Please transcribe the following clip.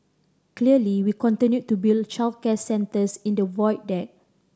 clearly we continue to build childcare centres in the Void Deck